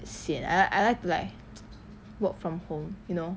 sian ah I I like to like work from home you know